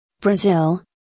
Brazil